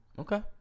Okay